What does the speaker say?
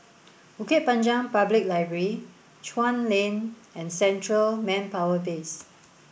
Bukit Panjang Public Library Chuan Lane and Central Manpower Base